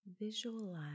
Visualize